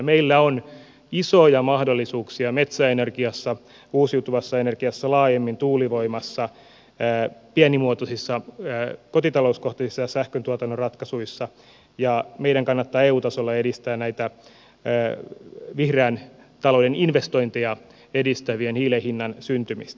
meillä on isoja mahdollisuuksia metsäenergiassa uusiutuvassa energiassa laajemmin tuulivoimassa pienimuotoisissa kotitalouskohtaisissa sähköntuotannon ratkaisuissa ja meidän kannattaa eu tasolla edistää näitä vihreän talouden investointeja edistävien hiilen hinnan syntymistä